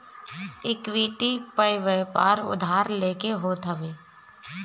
equity पअ व्यापार उधार लेके होत हवे